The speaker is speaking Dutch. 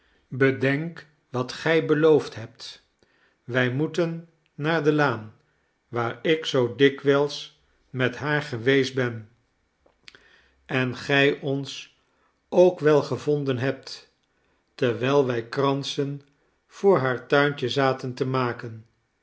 bedenk wat gij beloofd hebt wij moeten naar de laan waar ik zoo dikwijls met haar geweest ben en gij ons ook wel gevonden hebt terwijl wij kransen voor haar tuintje zaten te maken